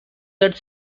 that